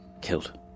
killed